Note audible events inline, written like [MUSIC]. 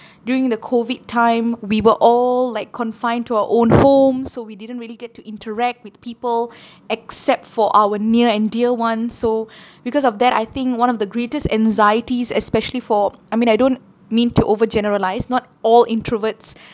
during the COVID time we were all like confined to our own home so we didn't really get to interact with people except for our near and dear ones so [BREATH] because of that I think one of the greatest anxieties especially for I mean I don't mean to over generalise not all introverts